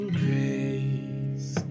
grace